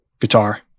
guitar